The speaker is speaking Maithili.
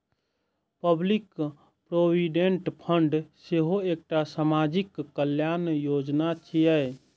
पब्लिक प्रोविडेंट फंड सेहो एकटा सामाजिक कल्याण योजना छियै